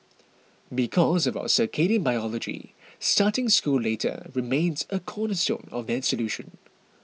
because of our circadian biology starting school later remains a cornerstone of that solution